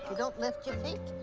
don't lift your feet.